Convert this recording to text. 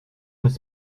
n’est